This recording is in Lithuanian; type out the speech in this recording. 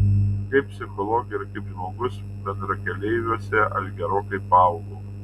kaip psichologė ir kaip žmogus bendrakeleiviuose aš gerokai paaugau